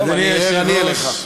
טוב, אני אהיה ערני אליך.